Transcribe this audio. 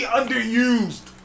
underused